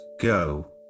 Go